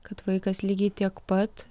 kad vaikas lygiai tiek pat